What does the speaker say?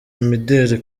imideri